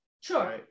Sure